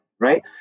Right